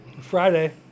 Friday